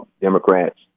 Democrats